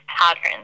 patterns